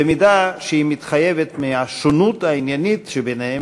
"במידה שהיא מתחייבת מהשונות העניינית שביניהם,